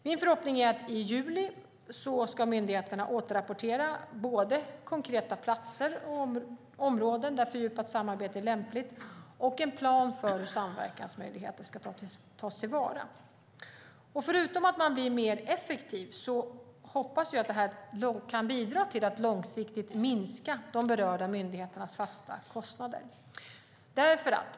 Min förhoppning är att myndigheterna i juli ska återrapportera både konkreta platser och områden där fördjupat samarbete är lämpligt och lägga fram en plan för hur samverkansmöjligheter ska tas till vara. Förutom att bli mer effektivt hoppas jag att detta kan bidra till att långsiktigt minska de berörda myndigheternas fasta kostnader.